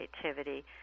creativity